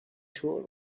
tool